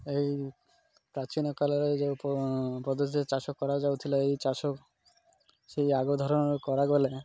ଏହି ପ୍ରାଚୀନ କାଳରେ ଯେଉଁ ପଦ୍ଧତିରେ ଚାଷ କରାଯାଉଥିଲା ଏଇ ଚାଷ ସେଇ ଆଗ ଧାରଣ କରାଗଲେ